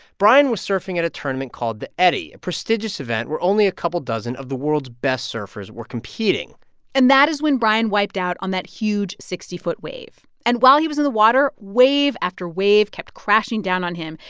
brian was surfing at a tournament called the eddie, a prestigious event where only a couple dozen of the world's best surfers were competing and that is when brian wiped out on that huge sixty foot wave. and while he was in the water, wave after wave kept crashing down on him.